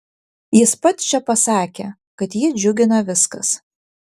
jis pats čia pat pasakė kad jį džiugina viskas